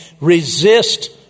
Resist